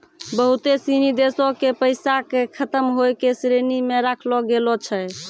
बहुते सिनी देशो के पैसा के खतम होय के श्रेणी मे राखलो गेलो छै